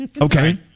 Okay